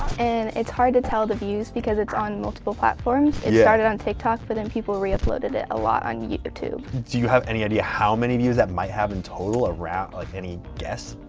and. it's hard to tell the views, because it's on multiple platforms. it started on tiktok, but then people reuploaded it a lot on youtube. do you have any idea how many views that might have in total, around like, any guesses?